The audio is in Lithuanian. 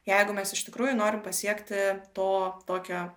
jeigu mes iš tikrųjų norim pasiekti to tokio